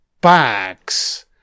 bags